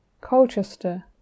Colchester